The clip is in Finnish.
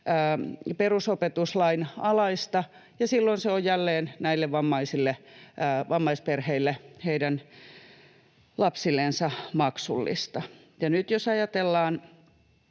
perusopetuslain alaista, ja silloin se on jälleen näille vammaisille, vammaisperheille, heidän lapsillensa, maksullista. Nyt jos ajatellaan